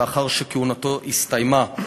לאחר שכהונתו הסתיימה.